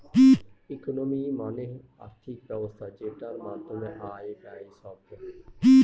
economy মানে আর্থিক ব্যবস্থা যেটার মধ্যে আয়, ব্যয় সব পড়ে